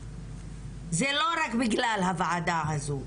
זה לא רק בגלל הוועדה הזו,